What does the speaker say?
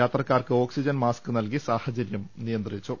യാത്രക്കാർക്ക് oxygen mask നൽകി സാഹചരൃം നിയന്ത്രിച്ചു